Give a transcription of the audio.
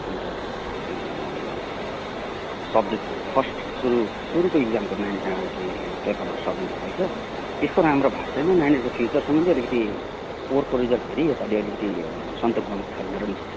अनि त subject first सुरु सुरुको इक्जामको नानी चाहिँ पेपरहरू सब्मिट हुँदैछ त्यस्तो राम्रो भएको छैन नानीहरूको फ्युचरसम्बन्धी अलिकति पोहोरको रिजल्ट हेरी योपालि अलिकति सन्तोकजनक छैन र नि